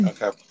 Okay